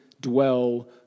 dwell